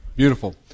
Beautiful